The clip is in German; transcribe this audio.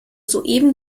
soeben